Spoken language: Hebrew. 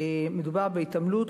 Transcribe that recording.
מדובר בהתעמלות,